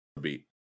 beat